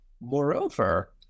Moreover